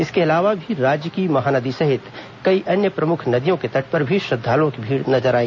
इसके अलावा भी राज्य की महानदी सहित कई अन्य प्रमुख नदियों के तट पर भी श्रद्वालुओं की भीड़ नजर आई